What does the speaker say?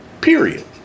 period